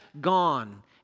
gone